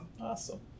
Awesome